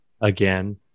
again